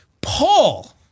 Paul